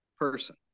person